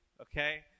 Okay